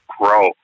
grow